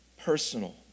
personal